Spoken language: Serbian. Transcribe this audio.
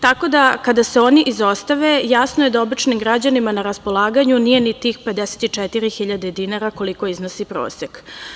Tako da, kada se oni izostave, jasno je da običnim građanima na raspolaganju nije ni tih 54 hiljade dinara, koliko iznosi prosek.